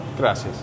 Gracias